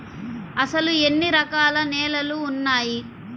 అసలు ఎన్ని రకాల నేలలు వున్నాయి?